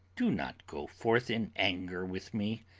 do not go forth in anger with me.